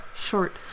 Short